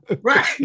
right